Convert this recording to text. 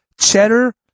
cheddar